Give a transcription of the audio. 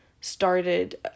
started